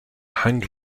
hang